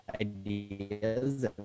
ideas